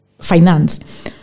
Finance